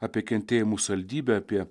apie kentėjimų saldybę apie